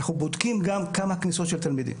אנחנו בודקים גם כמה כניסות של תלמידים.